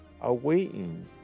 awaiting